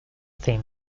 theme